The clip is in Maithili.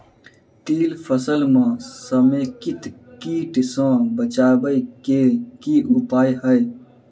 तिल फसल म समेकित कीट सँ बचाबै केँ की उपाय हय?